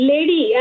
Lady